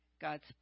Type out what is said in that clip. God's